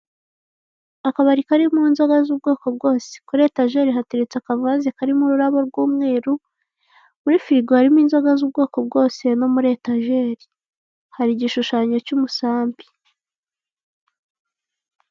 Akabari karimo inzoga z'ubwoko bwose kuri etajeri hatertse akavase karimo ururabo rw'umweru muri firigo harimo inzoga z'ubwoko bwose no muri etajeri hari igishushanyo cy'umusambi.